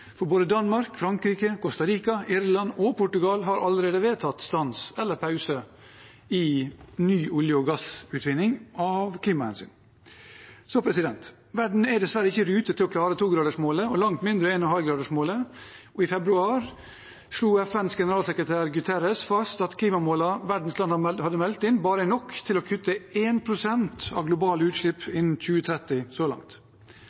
for både Danmark, Frankrike, Costa Rica, Irland og Portugal har allerede vedtatt stans eller pause i ny olje- og gassutvinning av klimahensyn. Verden er dessverre ikke i rute til å klare 2-gradersmålet, og langt mindre 1,5-gradersmålet. I februar slo FNs generalsekretær, Guterres, fast at klimamålene verdens land så langt hadde meldt inn, bare var nok til å kutte 1 pst. av globale utslipp